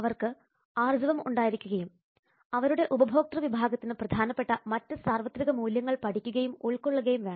അവർക്ക് ആർജ്ജവം ഉണ്ടായിരിക്കുകയും അവരുടെ ഉപഭോക്ത വിഭാഗത്തിന് പ്രധാനപ്പെട്ട മറ്റ് സാർവത്രിക മൂല്യങ്ങൾ പഠിക്കുകയും ഉൾക്കൊള്ളുകയും വേണം